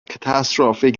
catastrophic